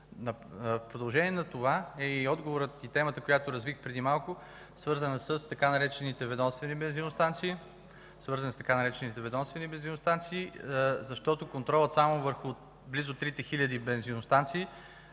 В продължение на това е отговорът и темата, които развих преди малко, свързани с така наречените „ведомствени бензиностанции”. Контролът само върху близо трите хиляди бензиностанции